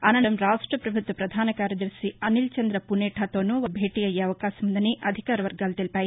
అనంతరం రాష్ట ప్రభుత్వ ప్రధాన కార్యదర్శి అనిల్చంద పునేఠాతోనూ వారు భేటీ అయ్యే అవకాశముందని అధికార వర్గాలు తెలిపాయి